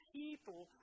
people